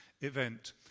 event